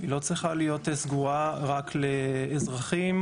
לא צריכה להיות סגורה רק לאזרחים,